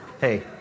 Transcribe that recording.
Hey